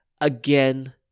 again